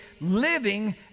living